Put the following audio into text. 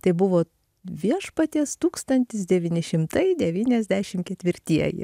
tai buvo viešpaties tūkstantis devyni šimtai devyniasdešim ketvirtieji